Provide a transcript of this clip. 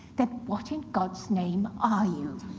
then what in god's name are you?